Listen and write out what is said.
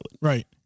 Right